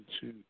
two